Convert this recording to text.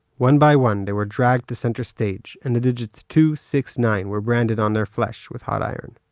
one by one they were dragged to center stage and the digits two six nine were branded on their flesh with hot iron